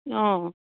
অঁ